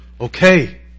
okay